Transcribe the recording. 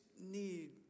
need